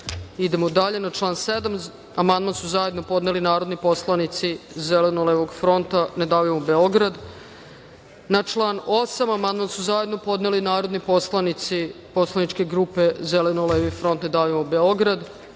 dalje. Na član 7. amandman su zajedno podneli narodni poslanici Zeleno-levog fronta – Ne davimo Beograd. Na član 8. amandman su zajedno podneli narodni poslanici poslaničke grupe Zeleno-levi front – Ne davimo Beograd. Nisu